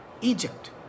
Egypt